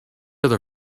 other